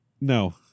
No